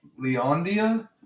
Leondia